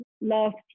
last